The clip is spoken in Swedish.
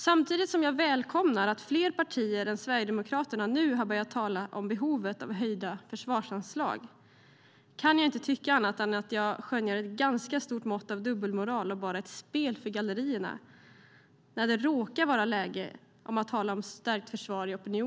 Samtidigt som jag välkomnar att fler partier än Sverigedemokraterna nu har börjat tala om behovet av höjda försvarsanslag kan jag inte annat än skönja ett ganska stort mått av dubbelmoral och bara ett spel för gallerierna när det råkar vara läge i opinionen för att tala om stärkt försvar.